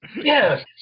Yes